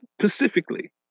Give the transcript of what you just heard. specifically